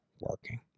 working